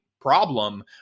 problem